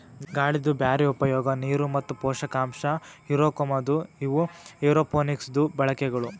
ಗಾಳಿದು ಬ್ಯಾರೆ ಉಪಯೋಗ, ನೀರು ಮತ್ತ ಪೋಷಕಾಂಶ ಹಿರುಕೋಮದು ಇವು ಏರೋಪೋನಿಕ್ಸದು ಬಳಕೆಗಳು